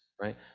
right